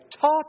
taught